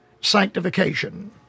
sanctification